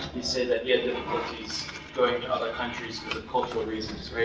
he said that he had difficulties going to other countries because of cultural reasons, right?